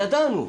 ידענו.